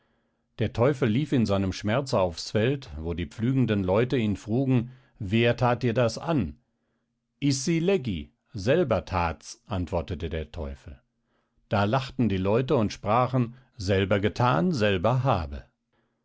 der teufel lief in seinem schmerze aufs feld wo die pflügenden leute ihn frugen wer that dir das issi leggi selber that's antwortete der teufel da lachten die leute und sprachen selber gethan selber habe